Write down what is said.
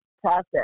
process